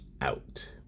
out